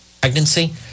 pregnancy